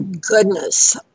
goodness